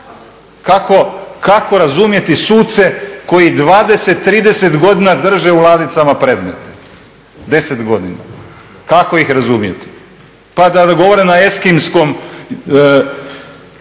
Kako razumjeti suce koji dvadeset, trideset godina drže u ladicama predmete, kako ih razumjeti? Pa da govore na eskimskom